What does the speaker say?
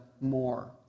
more